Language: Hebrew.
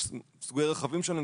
יש סוגי רכבים שונים,